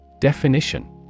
Definition